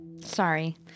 Sorry